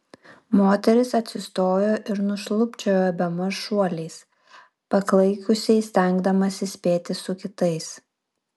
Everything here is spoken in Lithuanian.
moteris atsistojo ir nušlubčiojo bemaž šuoliais paklaikusiai stengdamasi spėti su kitais